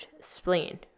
spleen